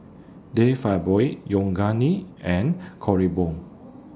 De Fabio Yoogane and Kronenbourg